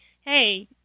hey